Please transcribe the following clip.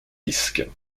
disque